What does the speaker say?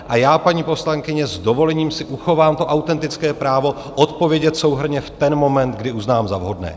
A já, paní poslankyně, s dovolením si uchovám to autentické právo odpovědět souhrnně v ten moment, kdy uznám za vhodné.